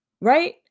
Right